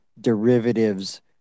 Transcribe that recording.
derivatives